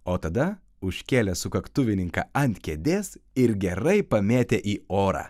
o tada užkėlė sukaktuvininką ant kėdės ir gerai pamėtė į orą